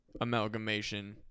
amalgamation